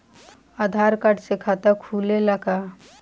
आधार card से खाता खुले ला का?